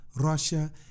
Russia